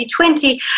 2020